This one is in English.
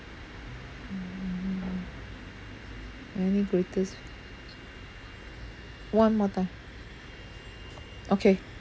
mm any greatest one more time okay